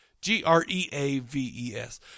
G-R-E-A-V-E-S